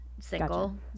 single